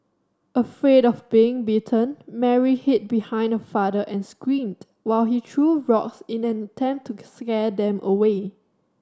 afraid of getting bitten Mary hid behind her father and screamed while he threw rocks in an attempt to scare them away